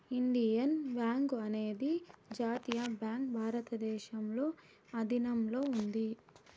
Indian bank అనేది జాతీయ bank భారతదేశంలో ఆధీనంలో ఉంది